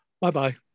Bye-bye